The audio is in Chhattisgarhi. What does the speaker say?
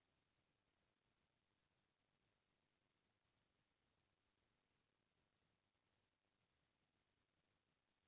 मोबाइल ल एक घौं बैलेंस नइ भरवाबे तौ चलियो जाही फेर गाड़ी मन के बीमा करवाना जरूरीच रथे